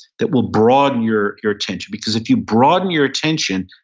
that will broaden your your attention. because if you broaden your attention,